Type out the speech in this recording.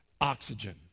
Oxygen